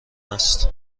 است